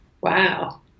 Wow